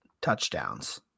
touchdowns